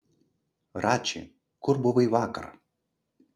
rači kur buvai vakar